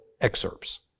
excerpts